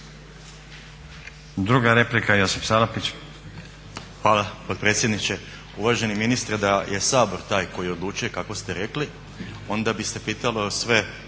**Salapić, Josip (HDSSB)** Hvala potpredsjedniče. Uvaženi ministre, da je Sabor taj koji odlučuje kako ste rekli onda bi se pitalo sve